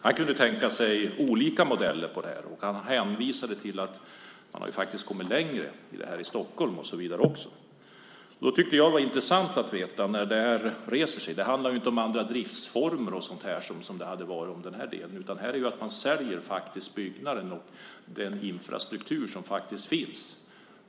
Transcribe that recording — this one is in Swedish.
Han kunde tänka sig olika modeller för det här och hänvisade till att man faktiskt kommit längre med detta i Stockholm. Det handlar inte om andra driftsformer eller så, utan här handlar det om att man säljer byggnaden och den infrastruktur som finns.